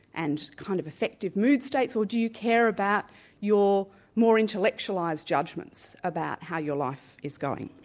and kind of affective mood states or do you care about your more intellectualized judgments about how your life is going?